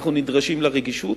אנחנו נדרשים לרגישות,